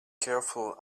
careful